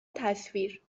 تصویر